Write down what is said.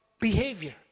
behavior